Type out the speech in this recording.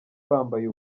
bambaye